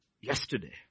yesterday